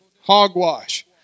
Hogwash